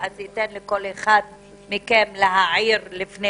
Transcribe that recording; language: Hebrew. ואז ניתן לכל אחד מכם להעיר לפני